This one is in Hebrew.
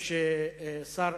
השר